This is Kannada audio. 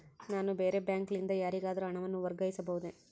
ನಾನು ಬೇರೆ ಬ್ಯಾಂಕ್ ಲಿಂದ ಯಾರಿಗಾದರೂ ಹಣವನ್ನು ವರ್ಗಾಯಿಸಬಹುದೇ?